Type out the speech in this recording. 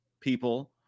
people